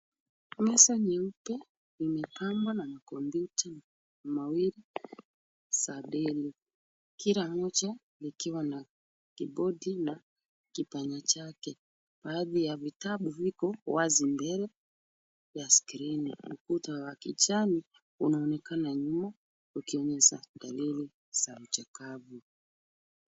Meza nyeupe imepambwa na ma computer mawili za Dell. Kila moja likiwa na kibodi na kipanya chake. Baadhi ya vitabu viko wazi mbele, ya skrini. Ukuta wa kijani unaonekana nyuma ukionyesha dalili za uchokavu.